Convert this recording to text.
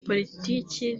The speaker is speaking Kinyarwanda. politiki